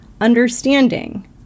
understanding